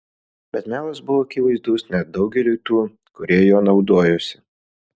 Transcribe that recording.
bet melas buvo akivaizdus net daugeliui tų kurie juo naudojosi